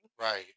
right